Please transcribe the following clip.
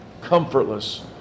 comfortless